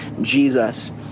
Jesus